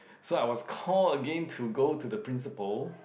so I was call again to go to the principal